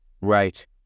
Right